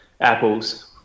Apples